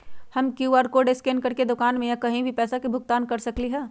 हम QR code scan करके दुकान में या कहीं भी पैसा के भुगतान कर सकली ह?